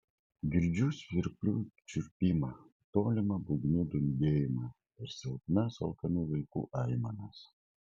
girdžiu svirplių čirpimą tolimą būgnų dundėjimą ir silpnas alkanų vaikų aimanas